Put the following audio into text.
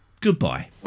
goodbye